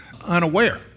unaware